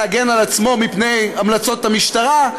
להגן על עצמו מפני המלצות המשטרה.